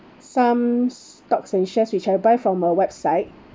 some stocks and shares which I buy from a website